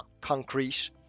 concrete